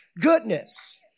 goodness